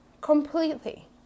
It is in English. completely